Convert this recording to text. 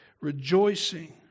rejoicing